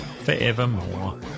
forevermore